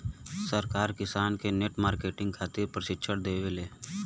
सरकार किसान के नेट मार्केटिंग खातिर प्रक्षिक्षण देबेले?